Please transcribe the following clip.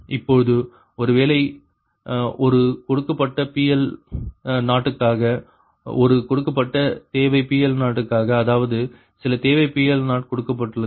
இப்பொழுது ஒருவேளை ஒரு கொடுக்கப்பட்ட PL0 க்காக ஒரு கொடுக்கப்பட்ட தேவை PL0 க்காக அதாவது சில தேவை PL0 கொடுக்கப்பட்டுள்ளது